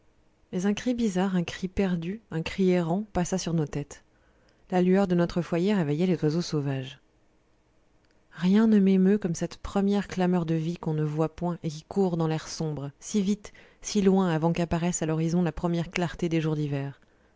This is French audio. mais un cri bizarre un cri perdu un cri errant passa sur nos têtes la lueur de notre foyer réveillait les oiseaux sauvages rien ne m'émeut comme cette première clameur de vie qu'on ne voit point et qui court dans l'air sombre si vite si loin avant qu'apparaisse à l'horizon la première clarté des jours d'hiver